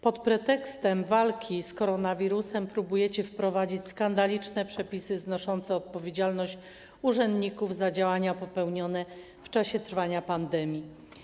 Pod pretekstem walki z koronawirusem próbujecie wprowadzić skandaliczne przepisy znoszące odpowiedzialność urzędników za działania popełnione w czasie trwania pandemii.